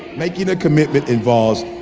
making a commitment involves.